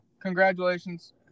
Congratulations